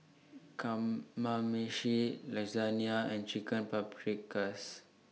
Kamameshi and Chicken Paprikas